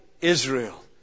Israel